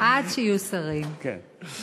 עד שיהיו שרים, בעזרת השם.